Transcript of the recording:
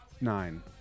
nine